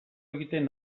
egiten